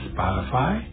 Spotify